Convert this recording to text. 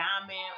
Diamond